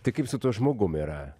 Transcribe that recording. tai kaip su tuo žmogum yra